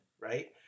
right